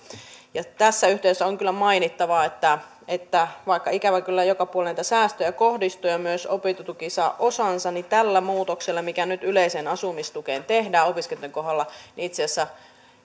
tässä yhteydessä on kyllä mainittava että että vaikka ikävä kyllä joka puolelle näitä säästöjä kohdistuu ja myös opintotuki saa osansa niin tällä muutoksella mikä nyt yleiseen asumistukeen tehdään opiskelijoitten kohdalla itse asiassa